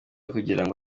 kugirango